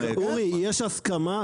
אורי יש הסכמה,